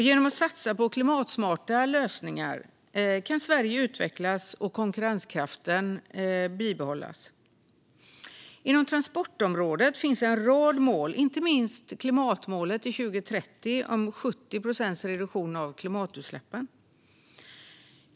Genom att satsa på klimatsmarta lösningar kan Sverige utvecklas och konkurrenskraften bibehållas. Inom transportområdet finns en rad mål, inte minst klimatmålet 2030 om 70 procents reduktion av klimatutsläppen.